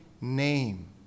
name